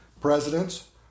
presidents